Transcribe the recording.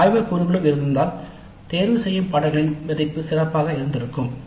ஒரு ஆய்வகக் கூறுகளும் இருந்திருந்தால் தேர்தலின் மதிப்பு சிறப்பாக இருந்திருக்கும்